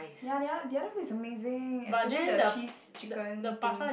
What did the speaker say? ya their the other food is amazing especially the cheese chicken thing